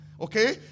Okay